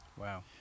Wow